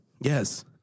yes